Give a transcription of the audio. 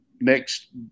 next